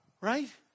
right